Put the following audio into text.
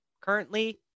Currently